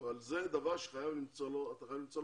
אבל זה דבר שאתה חייב למצוא לו פתרון.